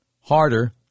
harder